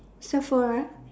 Sephora